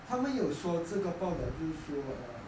他们有说这个报道就是说